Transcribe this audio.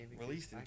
Released